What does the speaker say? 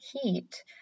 heat